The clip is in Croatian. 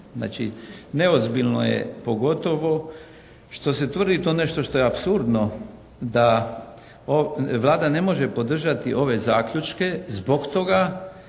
Znači neozbiljno je pogotovo što se tvrdi to nešto što je apsurdno da Vlada ne može podržati ove zaključke zbog toga